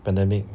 pandemic